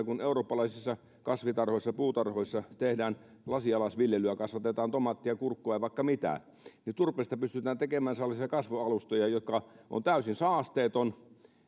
kun eurooppalaisissa kasvitarhoissa puutarhoissa tehdään lasinalaisviljelyä kasvatetaan tomaattia kurkkua ja vaikka mitä niin turpeesta pystytään tulevina vuosina tekemään sellaisia kasvualustoja jotka ovat täysin saasteettomia